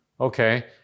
Okay